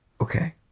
Okay